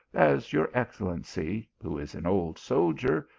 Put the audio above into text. as your excellency, who is an old soldier,